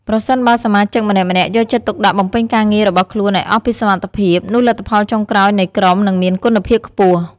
ប្រសិនបើសមាជិកម្នាក់ៗយកចិត្តទុកដាក់បំពេញការងាររបស់ខ្លួនឱ្យអស់ពីសមត្ថភាព នោះលទ្ធផលចុងក្រោយនៃក្រុមនឹងមានគុណភាពខ្ពស់។